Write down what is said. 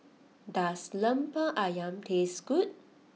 does Lemper Ayam taste good